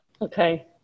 Okay